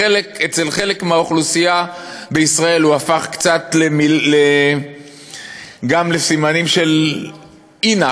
אצל חלק מהאוכלוסייה בישראל הוא הפך קצת גם לסימנים של אי-נחת,